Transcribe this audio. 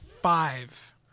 five